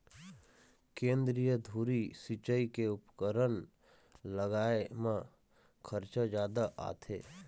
केंद्रीय धुरी सिंचई के उपकरन लगाए म खरचा जादा आथे